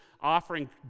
offering